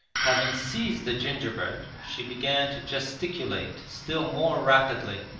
having seized the gingerbread she began to gesticulate still more rapidly,